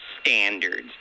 standards